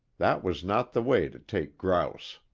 that was not the way to take grouse.